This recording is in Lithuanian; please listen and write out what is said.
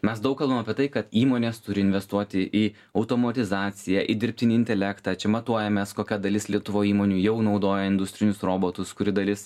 mes daug kalbam apie tai kad įmonės turi investuoti į automotizaciją į dirbtinį intelektą čia matuojamės kokia dalis lietuvoj įmonių jau naudoja industrinius robotus kurių dalis